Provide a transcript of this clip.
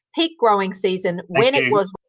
peak growing season, when it was